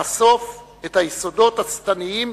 לחשוף את היסודות השטניים,